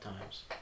times